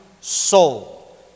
soul